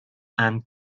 and